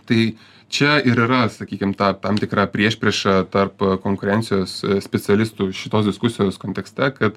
tai čia ir yra sakykim ta tam tikra priešprieša tarp konkurencijos specialistų šitos diskusijos kontekste kad